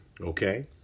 Okay